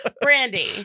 Brandy